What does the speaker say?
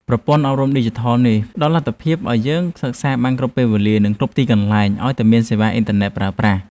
ប្រព័ន្ធអប់រំឌីជីថលនេះផ្តល់លទ្ធភាពឱ្យយើងសិក្សាបានគ្រប់ពេលវេលា និងគ្រប់ទីកន្លែងឱ្យតែមានសេវាអ៊ីនធឺណិតប្រើប្រាស់។